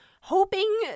hoping